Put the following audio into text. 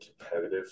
competitive